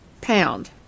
pound